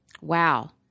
wow